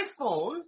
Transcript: iPhone